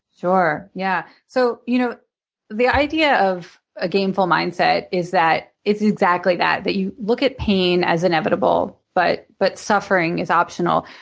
sure, yeah. so you know the idea of a gameful mindset is that it's exactly that. you look at pain as inevitable but but suffering is optional.